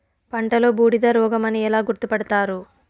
పంటలో బూడిద రోగమని ఎలా గుర్తుపడతారు?